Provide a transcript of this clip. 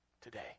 today